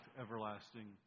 everlasting